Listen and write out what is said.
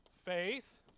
Faith